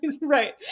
Right